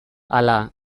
hala